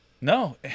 No